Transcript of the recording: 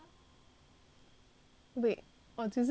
wait 我几时变成 kai zhen